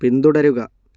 പിന്തുടരുക